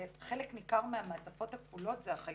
חלק ניכר מהמעטפות הכפולות זה החיילים.